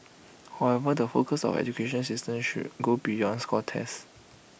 however the focus of our education system should go beyond scores test